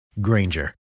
Granger